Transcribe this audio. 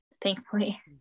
Thankfully